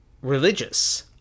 religious